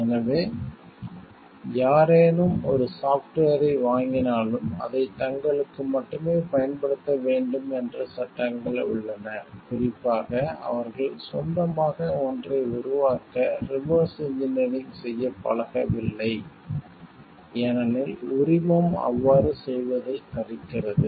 எனவே யாரேனும் ஒரு சாஃப்ட்வேரை வாங்கினாலும் அதைத் தங்களுக்கு மட்டுமே பயன்படுத்த வேண்டும் என்று சட்டங்கள் உள்ளன குறிப்பாக அவர்கள் சொந்தமாக ஒன்றை உருவாக்க ரிவர்ஸ் இன்ஜினியரிங் செய்யப் பழகவில்லை ஏனெனில் உரிமம் அவ்வாறு செய்வதைத் தடுக்கிறது